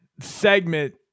segment